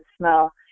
smell